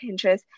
Pinterest